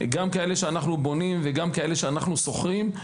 כאלה שאנחנו בונים וכאלה שאנחנו שוכרים.